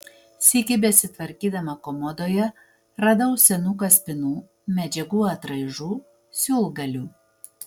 sykį besitvarkydama komodoje radau senų kaspinų medžiagų atraižų siūlgalių